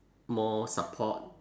more support